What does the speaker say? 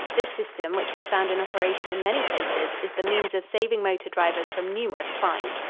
this system, which we found in operation in many places, is the means of saving motor drivers from numerous fines.